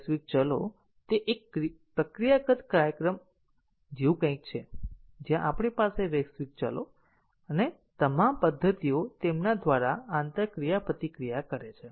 વૈશ્વિક ચલો તે એક પ્રક્રિયાગત કાર્યક્રમ જેવું કંઈક છે જ્યાં આપણી પાસે વૈશ્વિક ચલો છે અને તમામ પદ્ધતિઓ તેમના દ્વારા આંતર ક્રિયાપ્રતિક્રિયા કરે છે